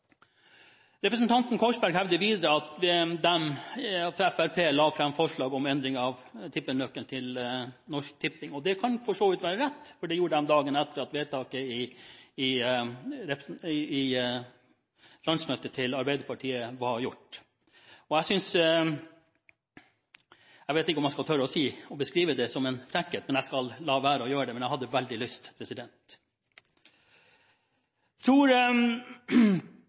Representanten Korsberg hevder videre at Fremskrittspartiet har lagt fram forslag om endring av tippenøkkelen. Det kan for så vidt være rett, for de gjorde det dagen etter at vedtaket ble gjort på Arbeiderpartiets landsmøte. Jeg vet ikke om jeg skal tørre å beskrive det som en frekkhet. Jeg skal la være å gjøre det, men jeg har veldig lyst.